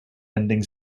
ending